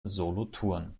solothurn